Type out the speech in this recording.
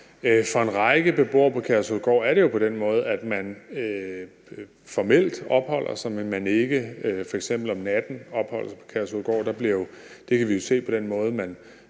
for en række beboere på Kærshovedgård er det jo på den måde, at man formelt opholder sig der, men at man ikke f.eks. om natten opholder sig på Kærshovedgård.